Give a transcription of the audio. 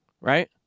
right